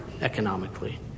economically